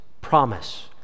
promise